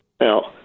Now